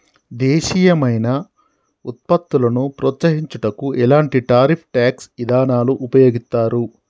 దేశీయమైన వృత్పత్తులను ప్రోత్సహించుటకు ఎలాంటి టారిఫ్ ట్యాక్స్ ఇదానాలు ఉపయోగిత్తారు